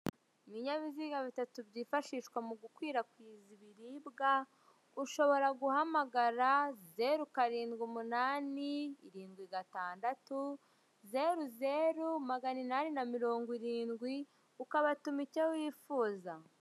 Ibinyabiziga bitatu byifashishwa mu gukwirakwiza ibiribwa, ushobora guhamagara zeru karindwi umunani, irindwi gatandatu, zeru, zeru, magana inani na mirongo irindwi, ukabatuma icyo wifuza.